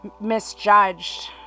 misjudged